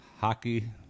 Hockey